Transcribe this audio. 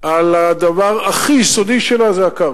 על הדבר הכי יסודי שלה, וזה הקרקע.